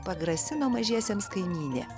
pagrasino mažiesiems kaimynė